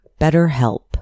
BetterHelp